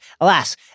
Alas